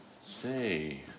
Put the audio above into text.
Say